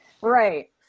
Right